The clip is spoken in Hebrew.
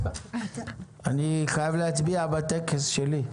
אני חייב להצביע בטקס שלי,